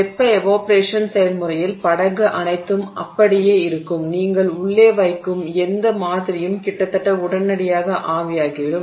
வெப்ப எவாப்பொரேஷன் செயல்முறையில் படகு அனைத்தும் அப்படியே இருக்கும் நீங்கள் உள்ளே வைக்கும் எந்த பதக்கூறு மாதிரியும் கிட்டத்தட்ட உடனடியாக ஆவியாகிவிடும்